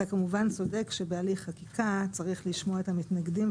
אתה כמובן צודק שבהליך חקיקה צריך לשמוע את המתנגדים,